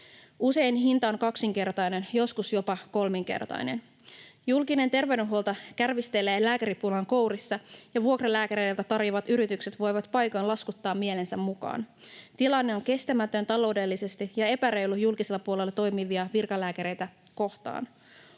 Usein hinta on kaksinkertainen, joskus jopa kolminkertainen. Julkinen terveydenhuolto kärvistelee lääkäripulan kourissa, ja vuokralääkäreitä tarjoavat yritykset voivat paikoin laskuttaa mielensä mukaan. Tilanne on kestämätön taloudellisesti ja epäreilu julkisella puolella toimivia virkalääkäreitä kohtaan.